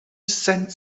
send